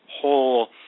whole